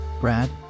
Brad